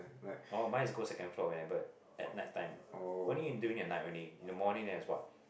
orh mine is go second floor when at night time only in during at night only in the morning as what